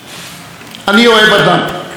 לא למרות היותי איש חרות,